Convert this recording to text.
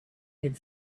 had